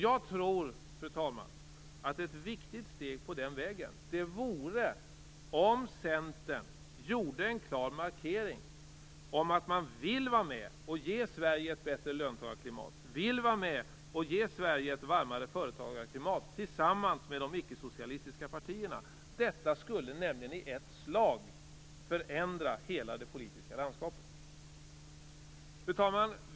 Jag tror, fru talman, att ett viktigt steg på den vägen vore om Centern gjorde en klar markering om att man vill vara med och ge Sverige ett bättre löntagarklimat och ett varmare företagarklimat tillsammans med de icke-socialistiska partierna. Detta skulle nämligen i ett slag förändra hela det politiska landskapet. Fru talman!